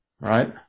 right